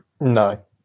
No